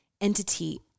entity